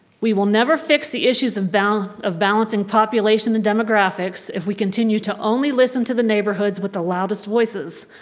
we will never fix the issues of balancing of balancing population and demographics if we continue to only listen to the neighborhoods with the loudest voices.